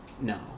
No